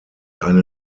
eine